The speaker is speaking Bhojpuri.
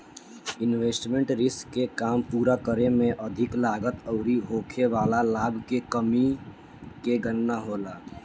इन्वेस्टमेंट रिस्क के काम पूरा करे में अधिक लागत अउरी होखे वाला लाभ के कमी के गणना होला